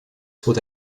would